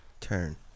Turn